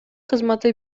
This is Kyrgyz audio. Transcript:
кызматы